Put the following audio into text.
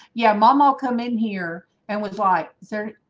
yeah, mom all come in here and was like, sir.